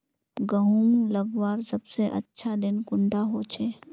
गहुम लगवार सबसे अच्छा दिन कुंडा होचे?